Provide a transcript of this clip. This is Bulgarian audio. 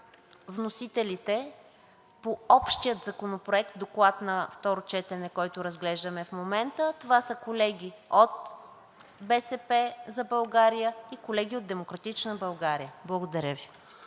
вносителите по общия законопроект – Доклад на второ четене, който разглеждаме в момента. Това са колеги от „БСП за България“ и колеги от „Демократична България“. Благодаря Ви.